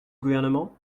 gouvernement